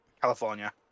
california